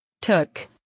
took